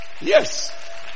Yes